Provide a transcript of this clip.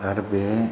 आरो बे